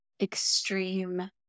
extreme